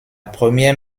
première